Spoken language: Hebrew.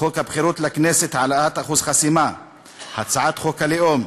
חוק הבחירות לכנסת (העלאת אחוז החסימה); הצעת חוק הלאום,